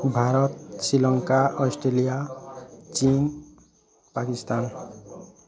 Bharat Sri Lanka Australia ଚୀନ ପାକିସ୍ତାନ